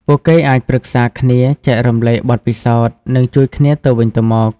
ពួកគេអាចប្រឹក្សាគ្នា ចែករំលែកបទពិសោធន៍ និងជួយគ្នាទៅវិញទៅមក។